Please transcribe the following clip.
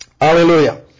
Hallelujah